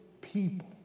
people